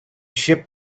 ship